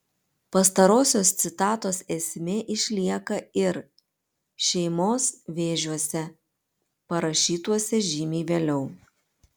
pastarosios citatos esmė išlieka ir šeimos vėžiuose parašytuose žymiai vėliau